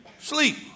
sleep